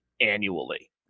annually